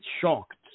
shocked